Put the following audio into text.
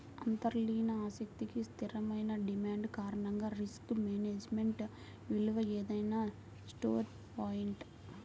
అంతర్లీన ఆస్తికి స్థిరమైన డిమాండ్ కారణంగా రిస్క్ మేనేజ్మెంట్ విలువ ఏదైనా స్టోర్ పాయింట్